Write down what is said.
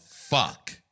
fuck